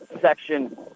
Section